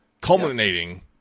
culminating